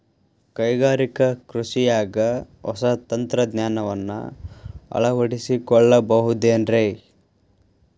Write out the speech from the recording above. ಕೈಗಾರಿಕಾ ಕೃಷಿಯಾಗ ಹೊಸ ತಂತ್ರಜ್ಞಾನವನ್ನ ಅಳವಡಿಸಿಕೊಳ್ಳಬಹುದೇನ್ರೇ?